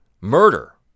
murder